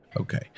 Okay